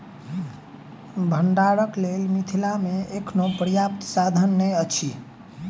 भंडारणक लेल मिथिला मे अखनो पर्याप्त साधन नै अछि